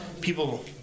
people